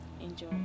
enjoy